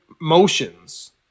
motions